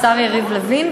השר יריב לוין,